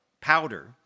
powder